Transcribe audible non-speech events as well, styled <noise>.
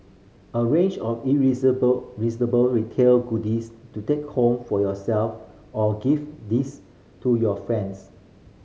a range of <unintelligible> retail goodies to take home for yourself or gift these to your friends